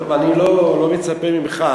טוב, אני לא מצפה ממך.